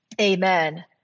amen